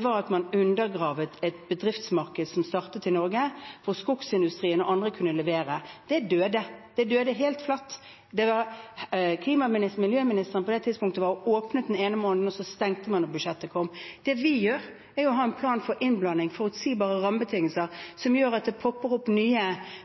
var at man undergravet et bedriftsmarked som startet i Norge, hvor skogindustrien og andre kunne levere. Det døde – det døde helt flatt. Miljøministeren på det tidspunktet var og åpnet den ene måneden, og så stengte man da budsjettet kom. Det vi gjør, er å ha en plan for innblanding, forutsigbare rammebetingelser, som gjør at det popper opp nye